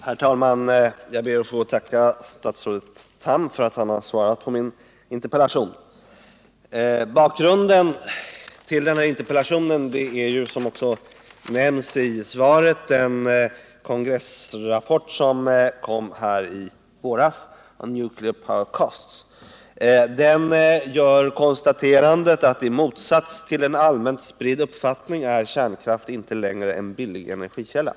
Herr talman! Jag ber att få tacka statsrådet Tham för svaret på min interpellation. Bakgrunden till interpellationen är, som också nämns i svaret, den kongressrapport som kom i våras, Nuclear Power Costs. I rapporten konstateras att i motsats till en allmänt spridd uppfattning är kärnkraften inte längre en billig energikälla.